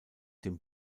dem